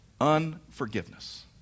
Unforgiveness